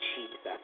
Jesus